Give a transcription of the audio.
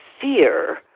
fear